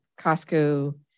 Costco